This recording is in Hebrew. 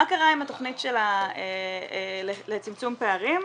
מה קרה עם התכנית לצמצום פערים?